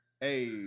Hey